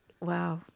Wow